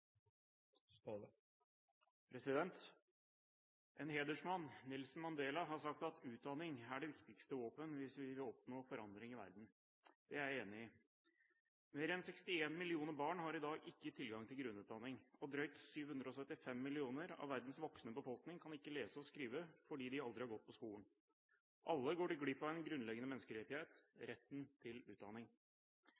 det viktigste våpen hvis vi vil oppnå forandring i verden. Det er jeg enig i. Mer enn 61 millioner barn har i dag ikke tilgang til grunnutdanning, og drøyt 775 millioner av verdens voksne befolkning kan ikke lese og skrive fordi de aldri har gått på skolen. Alle går de glipp av en grunnleggende menneskerettighet: